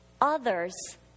others